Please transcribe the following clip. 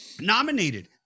nominated